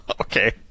okay